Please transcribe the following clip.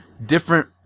different